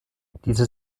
diese